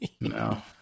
No